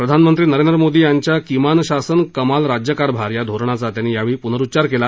प्रधानमंत्री नरेंद्र मोदी यांच्या किमान शासन कमाल राज्यकारभार या धोरणाचा त्यांनी यावेळी प्नरुच्चार केला